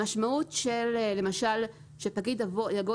המשמעות שפקיד יאמר